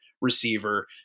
receiver